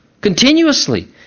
Continuously